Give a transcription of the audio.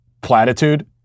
platitude